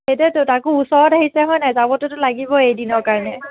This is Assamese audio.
সেইটোৱেটো তাকো ওচৰত আহিছে হয় নাই যাবটোতো লাগিবই এদিনৰ কাৰণে